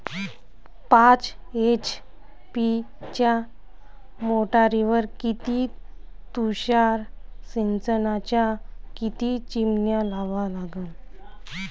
पाच एच.पी च्या मोटारीवर किती तुषार सिंचनाच्या किती चिमन्या लावा लागन?